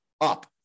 up